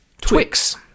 Twix